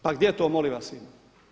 Pa gdje to molim vas ima?